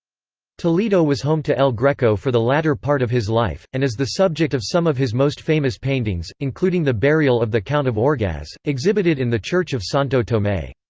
toledo was home to el greco for the latter part of his life, and is the subject of some of his most famous paintings, including the burial of the count of orgaz, exhibited in the church of santo tome.